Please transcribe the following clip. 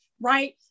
right